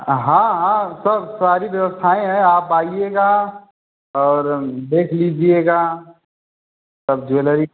हाँ हाँ सब सारी व्यवस्थाएं हैं आप आइएगा और देख लीजिए सब ज्वेलरी